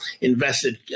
invested